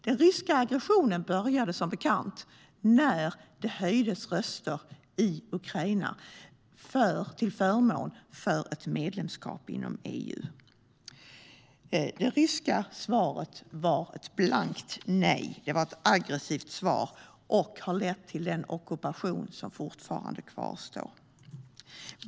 Den ryska aggressionen började som bekant när det höjdes röster i Ukraina till förmån för ett medlemskap i EU. Det ryska svaret var ett blankt nej. Det var ett aggressivt svar och har lett till den ockupation som fortfarande pågår.